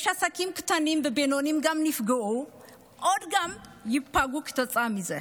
יש עסקים קטנים ובינוניים שגם נפגעו והם עוד ייפגעו כתוצאה מזה.